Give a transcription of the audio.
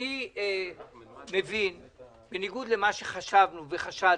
אני מבין, בניגוד למה שחשבנו וחשדנו,